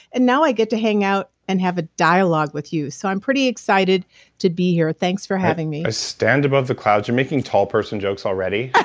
and now i get to hang out and have a dialogue with you. so i'm pretty excited to be here. thanks for having me i stand above the clouds. you're making tall person jokes already.